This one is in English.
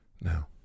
Now